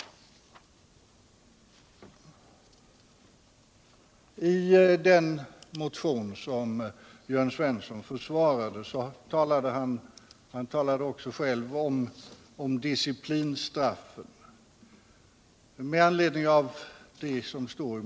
I den motion som Jörn Svensson försvarade talas det om — och han tog också upp det i sitt anförande — isoleringsstraffet.